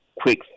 quick